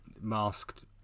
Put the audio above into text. masked